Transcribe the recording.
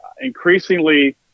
increasingly